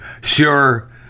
sure